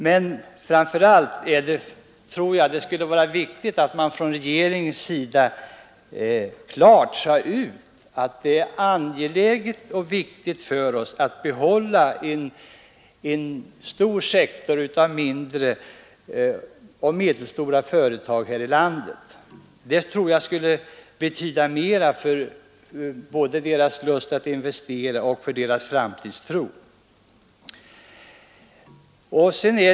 Men jag tror att det framför allt är viktigt att man från regeringens sida klart säger ut att det är angeläget för oss att behålla en stor sektor av mindre och medelstora företag här i landet. Det skulle betyda mera för dessa företags lust att investera och för deras framtidstro.